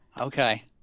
Okay